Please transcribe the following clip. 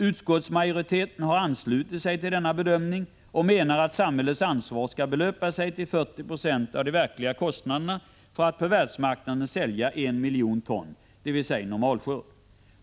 Utskottsmajoriteten har anslutit sig till denna bedömning och menar att samhällets ansvar skall belöpa sig till 40 96 av de verkliga kostnaderna vid en försäljning på världsmarknaden av 1 miljon ton, dvs. vid normalskörd.